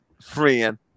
friend